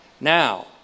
Now